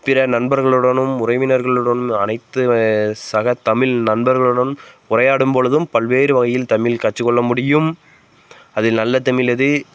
பிற நண்பர்களுடனும் உறவினர்களுடன் அனைத்து சக தமிழ் நண்பர்களுடன் உரையாடும்பொழுதும் பல்வேறு வகையில் தமிழ் கற்றுக்கொள்ள முடியும் அதில் நல்ல தமிழ் எது